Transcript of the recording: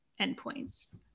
endpoints